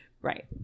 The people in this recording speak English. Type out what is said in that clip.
right